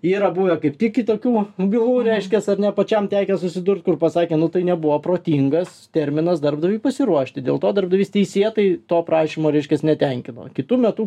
yra buvę kaip tik kitokių bylų reiškias ar ne pačiam tekę susidurt kur pasakė nu tai nebuvo protingas terminas darbdaviui pasiruošti dėl to darbdavys teisėtai to prašymo reiškias netenkino kitu metu